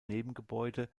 nebengebäude